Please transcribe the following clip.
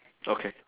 okay